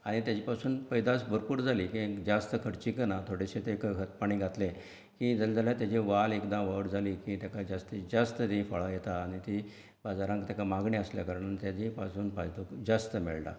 हांयेन तेजे पासून पैदास भरपूर जाली की जास्त खर्चीक ना थोडेशें तें खत पाणी घातलें की जालें जाल्यार तेजें वाल एकदां व्हड जाली की तेका जास्तींत जास्त तरी फळां येता ती बाजारान तेका मागणी आसल्या कारणान तेजे पासून फायदो खूब जास्त मेळटा